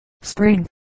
spring